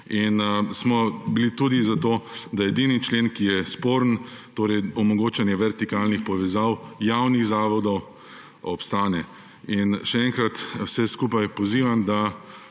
smo tudi za to, da edini člen, ki je sporen, torej omogočanje vertikalnih povezav javnih zavodov, obstane. Še enkrat vse skupaj pozivam, da